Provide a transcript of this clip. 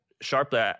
sharply